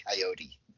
coyote